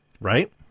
right